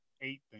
eight